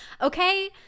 okay